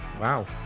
wow